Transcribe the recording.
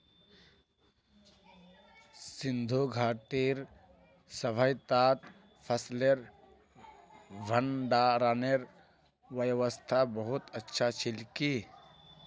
सिंधु घाटीर सभय्तात फसलेर भंडारनेर व्यवस्था बहुत अच्छा छिल की